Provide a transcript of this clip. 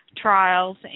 trials